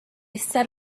set